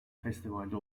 festivalde